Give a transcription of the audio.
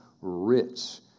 rich